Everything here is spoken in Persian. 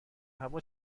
هوا